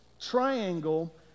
triangle